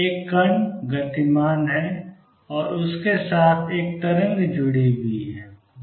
एक कण गतिमान है और उसके साथ एक तरंग जुड़ी हुई है